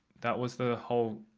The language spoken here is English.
that was the whole